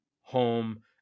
home